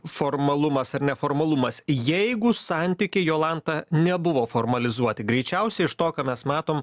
formalumas ar neformalumas jeigu santykiai jolanta nebuvo formalizuoti greičiausiai iš to ką mes matom